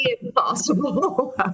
impossible